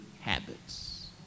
habits